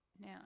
now